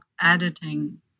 editing